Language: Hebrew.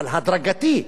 אבל הדרגתי.